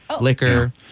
liquor